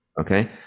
Okay